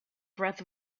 breath